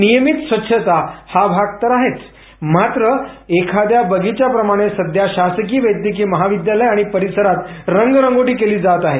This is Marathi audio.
नियमित स्वच्छता हा भाग आहेच मात्र एखाद्या बगीच्याप्रमाणे सध्या शासकीय वैद्यकीय महाविद्यालय आणि परिसरात रंगरंगोटी केली जात आहे